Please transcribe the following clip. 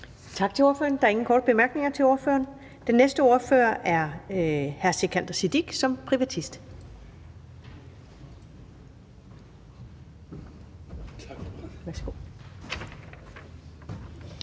Tak til ordføreren. Der er ingen korte bemærkninger til ordføreren. Den næste taler er hr. Sikandar Siddique som privatist.